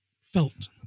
felt